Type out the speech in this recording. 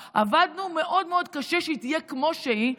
עבדנו מאוד מאוד קשה כדי שהיא תהיה כמו שהיא,